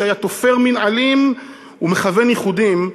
שהיה תופר מנעלים ומכוון ייחודים,